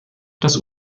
das